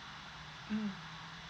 mm